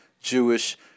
Jewish